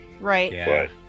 right